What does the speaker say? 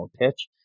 pitch